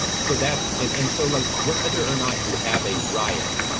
and so that's and and so like whether or not you have a riot,